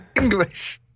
English